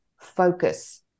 focus